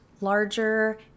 larger